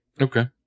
Okay